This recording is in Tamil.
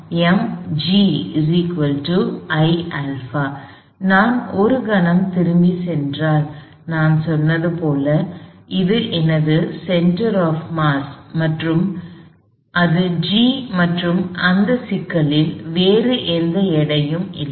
எனவே நான் ஒரு கணம் திரும்பிச் சென்றால் நான் சொன்னது போல் இது எனது சென்டர் ஆப் மாஸ் அது G மற்றும் இந்த சிக்கலில் வேறு எந்த எடையும் இல்லை